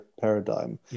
paradigm